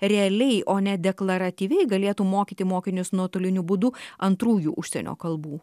realiai o ne deklaratyviai galėtų mokyti mokinius nuotoliniu būdu antrųjų užsienio kalbų